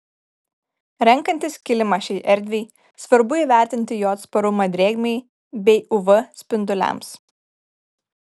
renkantis kilimą šiai erdvei svarbu įvertinti jo atsparumą drėgmei bei uv spinduliams